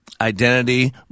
identity